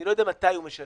אני לא יודע מתי הוא משלם.